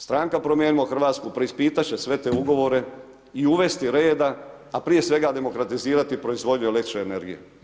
Stranka Promijenimo Hrvatsku, preispitati će sve te ugovore i uvesti reda, a prije svega demokratizirati proizvodnju el. energije.